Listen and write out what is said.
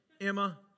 Emma